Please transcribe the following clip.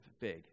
big